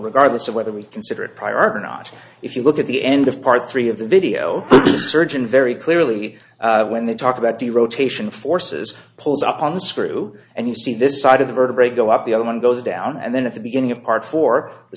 regardless of whether we consider it prior art or not if you look at the end of part three of the video the surgeon very clearly when they talk about the rotation forces pulls up on the screw and you see this side of the vertebrae go up the other one goes down and then at the beginning a part for the